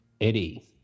Eddie